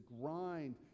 grind